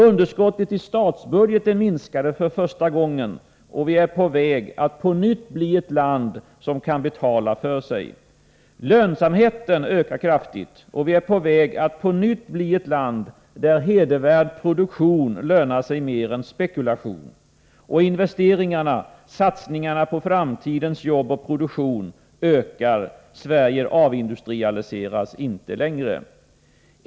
Underskottet i statsbudgeten minskade för första gången — vi är på väg att på nytt bli ett land som kan betala för sig. Lönsamheten ökar kraftigt — vi är på väg att på nytt bli ett land där hedervärd produktion lönar sig mer än spekulation. Investeringarna, satsningarna på framtidens jobb och produktion, ökar — Sverige avindustrialiseras inte längre.